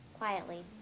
quietly